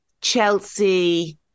Chelsea